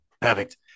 Perfect